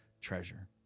treasure